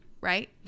Right